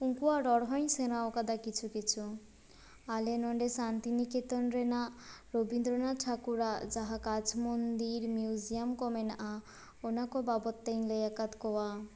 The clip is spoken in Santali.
ᱩᱱᱠᱩᱭᱟᱜ ᱨᱚᱲ ᱦᱚᱸᱧ ᱥᱮᱲᱟ ᱟᱠᱟᱫᱟ ᱠᱤᱪᱷᱩ ᱠᱤᱪᱷᱩ ᱟᱞᱮ ᱱᱚᱰᱮ ᱥᱟᱱᱛᱤᱱᱤᱠᱮᱛᱚᱱ ᱨᱮᱱᱟᱜ ᱨᱚᱵᱚᱱᱫᱨᱚᱱᱟᱛᱷ ᱴᱷᱟᱠᱩᱨᱟᱜ ᱡᱟᱦᱟᱸ ᱠᱟᱪ ᱢᱩᱱᱫᱤᱨ ᱢᱤᱭᱩᱡᱤᱭᱟᱢ ᱠᱚ ᱢᱮᱱᱟᱜᱼᱟ ᱚᱱᱟ ᱠᱚ ᱵᱟᱵᱚᱛᱛᱮᱧ ᱞᱟᱹᱭ ᱟᱠᱟᱫ ᱠᱚᱣᱟ